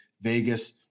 Vegas